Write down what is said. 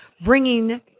bringing